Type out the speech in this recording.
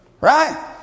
right